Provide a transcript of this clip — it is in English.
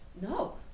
No